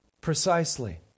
Precisely